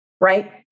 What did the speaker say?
right